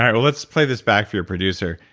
um let's play this back for your producer.